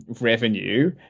revenue